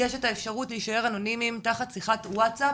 יש את האפשרות להישאר אנונימיים תחת שיחת ווצאפ